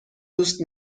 دوست